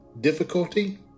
difficulty